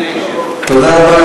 תודה רבה,